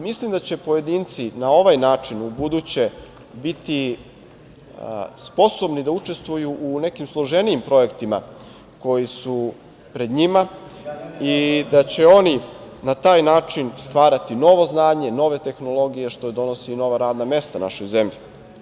Mislim da će pojedinci na ovaj način ubuduće biti sposobni da učestvuju u nekim složenijim projektima koji su pred njima i da će oni na taj način stvarati novo znanje, nove tehnologije, što donosi i nova radna mesta našoj zemlji.